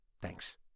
Thanks